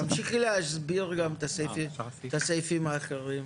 תמשיכי להסביר גם את הסעיפים האחרים.